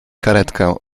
karetkę